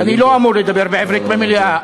אני לא אמור לדבר עברית במליאה.